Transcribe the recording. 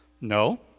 No